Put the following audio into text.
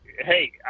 hey